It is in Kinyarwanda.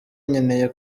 nkeneye